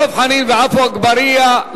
דב חנין ועפו אגבאריה,